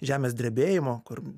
žemės drebėjimo kur